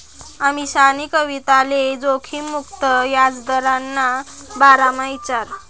अमीशानी कविताले जोखिम मुक्त याजदरना बारामा ईचारं